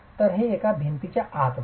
तर ते एका भिंतीच्या आत असो